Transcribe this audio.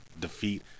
defeat